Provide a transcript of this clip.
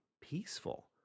peaceful